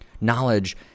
Knowledge